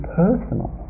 personal